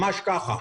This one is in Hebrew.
ממש כך.